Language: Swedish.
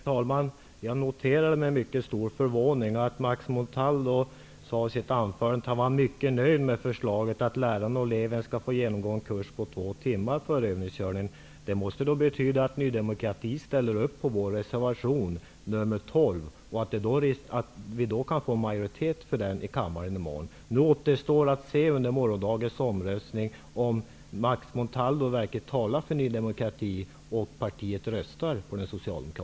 Herr talman! Jag noterar med mycket stor förvåning att Max Montalvo sade i sitt anförande att han var mycket nöjd med förslaget att läraren och eleven skall få genomgå en kurs på två timmar före övningskörningen. Det måste betyda att Ny demokrati ställer upp på vår reservation nr 12 och att vi kan få majoritet för den i kammaren i morgon. Nu återstår att se under morgondagens omröstning om Max Montalvo verkligen talar för